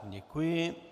Děkuji.